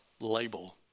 label